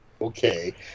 Okay